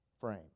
frame